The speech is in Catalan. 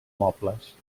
mobles